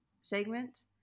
segment